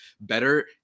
better